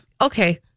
Okay